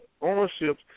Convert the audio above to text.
ownership